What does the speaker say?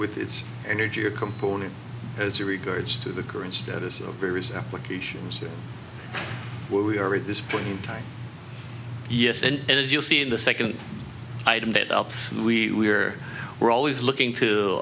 with its energy or component as he regards to the current status of various applications where we are at this point in time yes and as you'll see in the second item that ups and we are we're always looking to